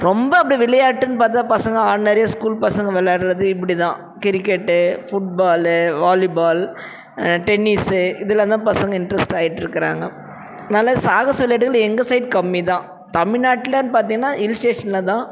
ரொம்ப அப்படி விளையாட்டுன்னு பார்த்தா பசங்க ஆட்னரியாக ஸ்கூல் பசங்க விளாட்றது இப்படிதான் கிரிக்கெட் ஃபுட்பால் வாலிபால் டென்னிஸ் இதெலாம் தான் பசங்க இண்ட்ரெஸ்ட் ஆயிட்ருக்கிறாங்க அதனால சாகச விளையாட்டுகள் எங்கள் சைட் கம்மிதான் தமில்நாட்டிலன்னு பார்த்தீங்கன்னா ஹில் ஸ்டேஷன்லதான்